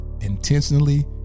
intentionally